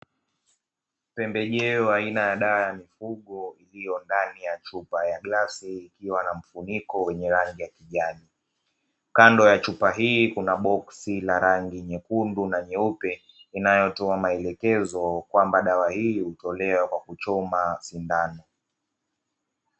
Pembejeo aina ya dawa ya mifugo, iliyo ndani ya chupa ya glasi ikiwa na mfuniko wa rangi ya kijani, kando ya chupa hii kuna boksi la rangi na nyeupe, inayotoa maelekezo kwamba dawa hii hutolewa kwa kuchoma sindano.